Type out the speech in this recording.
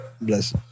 Bless